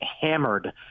hammered